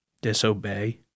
disobey